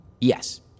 Yes